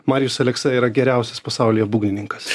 marijus aleksa yra geriausias pasaulyje būgnininkas